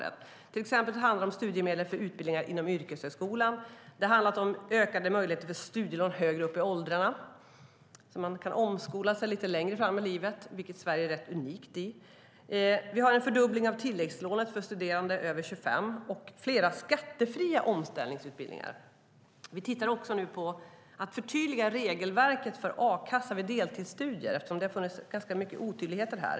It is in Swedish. Det handlar till exempel om studiemedel för utbildningar inom yrkeshögskolan och om ökade möjligheter för studielån högre upp i åldrarna så att man kan omskola sig lite längre fram i livet, vilket Sverige är rätt unikt i. Vi har en fördubbling av tilläggslånet för studerande över 25 år och flera skattefria omställningsutbildningar. Vi tittar på att förtydliga regelverket för a-kassa vid deltidsstudier eftersom det har funnits ganska mycket otydligheter där.